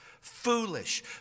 foolish